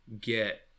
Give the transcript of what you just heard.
get